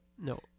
no